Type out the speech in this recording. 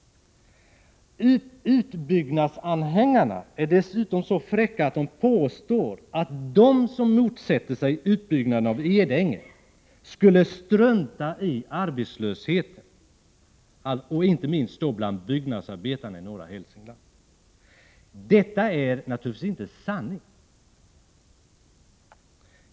Utbyggnadsanhängarna är dessutom så fräcka att de påstår att de som motsätter sig utbyggnaden av Edänge skulle strunta i arbetslösheten, inte minst då bland byggnadsarbetarna i norra Hälsingland. Detta är naturligtvis inte sanning.